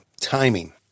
timing